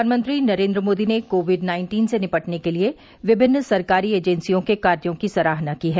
प्रधानमंत्री नरेन्द्र मोदी ने covid nineteen से निपटने के लिए विभिन्न सरकारी एजेंसियों के कार्यों की सराहना की है